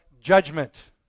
judgment